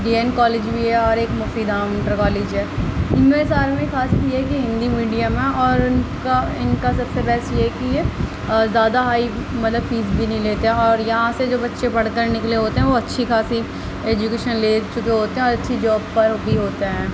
D N college بھی ہے اور ایک مفی دھام انٹر کالج ہے ان میں سارے میں خاص یہ ہے کہ ہندی میڈیم ہے اور ان کا ان کا سب سے بیسٹ یہ ہے کہ یہ زیادہ ہائی مطلب فیس بھی نہیں لیتے اور یہاں سے جو بچے پڑھ کر نکلنے ہوتے ہیں وہ اچھی خاصی ایجوکیشن لے چکے ہوتے ہیں اور اچھی جاب پر بھی ہوتے ہیں